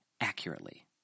accurately